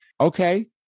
okay